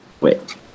Wait